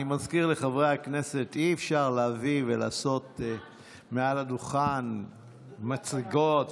אני מזכיר לחברי הכנסת: אי-אפשר להביא ולעשות מעל הדוכן מצגות ועניינים.